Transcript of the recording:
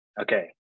Okay